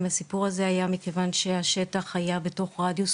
הסיפור הזה היה מכיוון שהשטח היה בתוך רדיוס